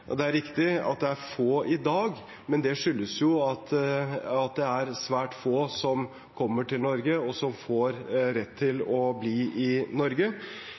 Det er riktig at det er få i dag, men det skyldes jo at det er svært få som kommer til Norge, og som får rett til å bli i Norge.